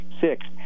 six